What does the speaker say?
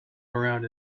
around